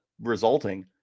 resulting